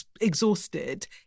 exhausted